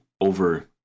over